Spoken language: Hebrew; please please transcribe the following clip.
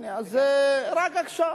זה רק עכשיו.